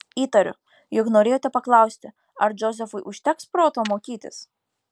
įtariu jog norėjote paklausti ar džozefui užteks proto mokytis